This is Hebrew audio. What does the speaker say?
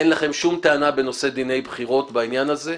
אין לכם שום טענה בנושא דיני בחירות בעניין הזה,